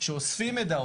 שאוספים מידע,